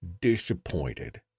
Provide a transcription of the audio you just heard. disappointed